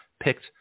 picked